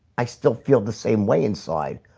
i still feel the same way inside.